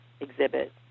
exhibit